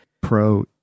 Pro